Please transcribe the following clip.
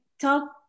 talk